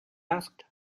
asked